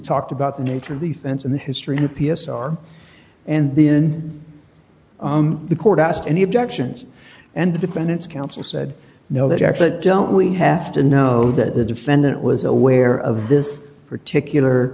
talked about the nature of the fence in the history of p s r and then the court asked any objections and the defendant's counsel said no that actually don't we have to know that the defendant was aware of this particular